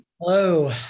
Hello